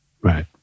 Right